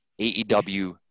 AEW